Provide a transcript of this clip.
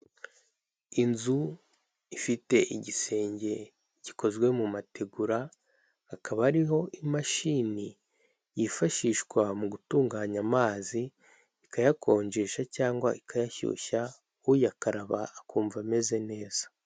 Inzu ifite igisenge gikozwe mu mategura, hakaba hariho imashini yifashishwa mu gutunganya amazi, ikayakonjesha cyangwa ikayashyushya, uyakaraba akumva ameze neza.